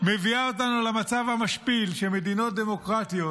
מביאה אותנו למצב המשפיל, שמדינות דמוקרטיות